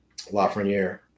lafreniere